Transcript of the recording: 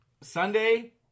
Sunday